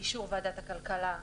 באישור ועדת הכלכלה,